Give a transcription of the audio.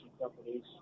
companies